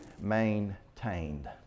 maintained